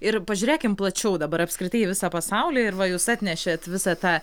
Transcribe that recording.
ir pažiūrėkim plačiau dabar apskritai į visą pasaulį ir va jūs atnešėt visą tą